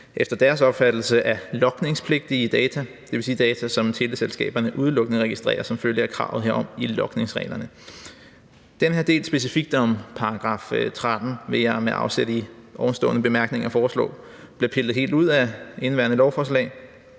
efter deres opfattelse er logningspligtige data, dvs. data, som teleselskaberne udelukkende registrerer som følge af kravet herom i logningsreglerne. Den her del specifikt om § 13 vil jeg med afsæt i ovenstående bemærkninger foreslå bliver pillet helt ud af indeværende lovforslag